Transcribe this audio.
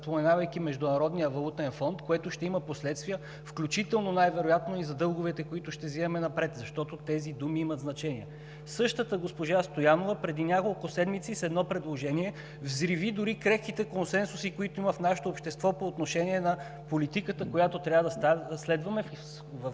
споменавайки Международния валутен фонд, което ще има последствия, включително и най-вероятно и за дълговете, които ще взеимаме напред, защото тези думи имат значение. Същата госпожа Стоянова преди няколко седмици с едно предложение взриви дори крехките консенсуси, които има в нашето общество по отношение на политиката, която трябва да следваме,